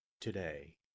today